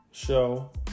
Show